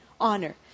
honor